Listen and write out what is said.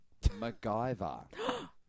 MacGyver